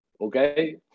Okay